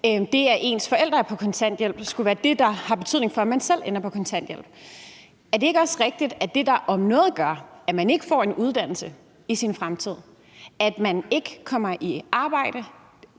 det, at ens forældre er på kontanthjælp, skulle være det, der har betydning for, om man selv ender på kontanthjælp. Er det ikke også rigtigt, at det, der om noget gør, at man ikke får en uddannelse i sin fremtid, og at man ikke kommer i arbejde